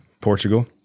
Portugal